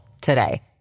today